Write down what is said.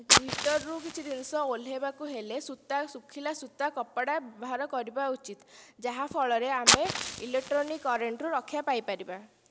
heater ରୁ କିଛି ଜିନିଷ ଓହ୍ଲେଇବାକୁ ହେଲେ ସୂତା ସୁଖିଲା ସୂତା କପଡ଼ା ବ୍ୟବହାର କରିବା ଉଚିତ ଯାହାଫଳରେ ଆମେ ଇଲୋକ୍ଟ୍ରୋନିକ୍ କରେଣ୍ଟ୍ ରୁ ରକ୍ଷା ପାଇପାରିବା